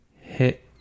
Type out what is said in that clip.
hit